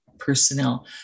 personnel